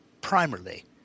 primarily